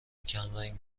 کمرنگ